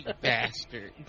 bastard